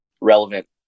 relevant